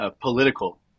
political